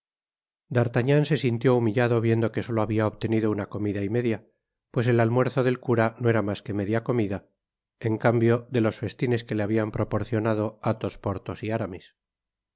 se sintió humillado viendo que solo habia obtenido una comida y media pues el almuerzo del cura no era mas que media comida en cambio de los festines que le habian proporcionado athos porthos y aramis